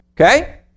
okay